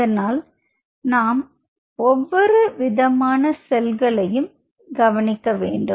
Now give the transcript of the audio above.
அதனால் நாம் ஒவ்வொரு விதமான செல்களையும் கவனிக்க வேண்டும்